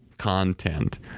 content